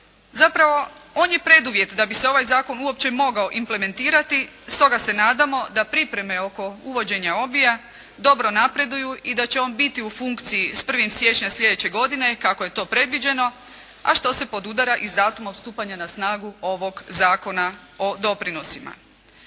Zapravo on je preduvjet da bi se ovaj zakon uopće mogao implementirati stoga se nadamo da pripreme oko uvođenja …/Govornik se ne razumije./… dobro napreduju i da će on biti u funkciji sa 1. siječnja sljedeće godine, kako je to predviđeno, a što se podudara i sa datumom stupanja na snagu ovog Zakona o doprinosima.